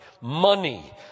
money